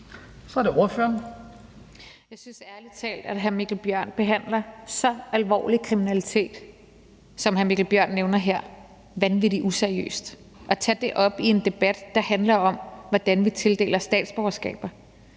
Rosa Lund (EL): Jeg synes ærlig talt, at hr. Mikkel Bjørn behandler så alvorlig kriminalitet, som hr. Mikkel Bjørn nævner her, vanvittig useriøst. Tænk at tage det op i en debat, der handler om, hvordan vi tildeler statsborgerskaber.